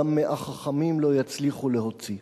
גם מאה חכמים לא יצליחו להוציא.